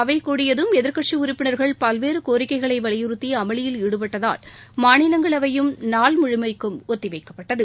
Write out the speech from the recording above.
அவை கூடியதும் எதிர்க்கட்சி உறுப்பினர்கள் பல்வேறு கோரிக்கைகளை வலியுறுத்தி அமளியில் ஈடுபட்டதால் மாநிலங்களவையும் நாள் முழுவதும் ஒத்தி வைக்கப்பட்டது